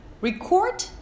record